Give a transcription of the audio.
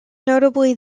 notably